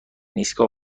ایستگاه